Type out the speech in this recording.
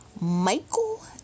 Michael